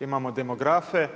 imamo demografe,